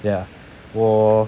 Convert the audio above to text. ya 我